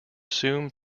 assume